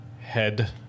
Head